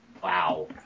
wow